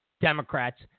democrats